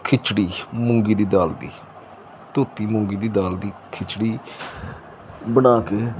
ਖਿਚੜੀ ਮੂੰਗੀ ਦੀ ਦਾਲ ਦੀ ਧੋਤੀ ਮੂੰਗੀ ਦੀ ਦਾਲ ਦੀ ਖਿਚੜੀ ਬਣਾ ਕੇ